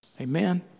Amen